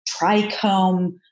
trichome